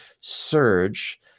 surge